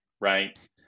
right